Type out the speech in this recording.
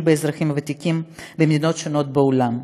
באזרחים הוותיקים במדינות שונות בעולם.